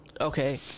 okay